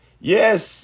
Yes